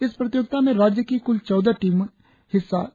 इस प्रतियोगिता में राज्य की कुल चौदह टीमों ने हिस्सा लिया